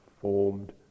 formed